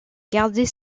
garder